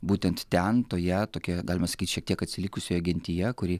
būtent ten toje tokioje galima sakyt šiek tiek atsilikusioje gentyje kuri